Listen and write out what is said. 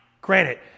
Granted